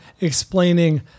explaining